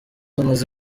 amaze